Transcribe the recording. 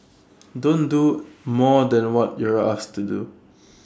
don't do more than what you're asked to do